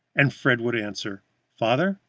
and fred would answer father,